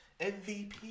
MVP